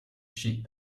sheep